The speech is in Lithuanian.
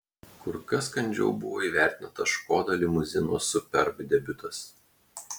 kur kas kandžiau buvo įvertintas škoda limuzino superb debiutas